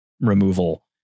removal